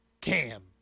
Cam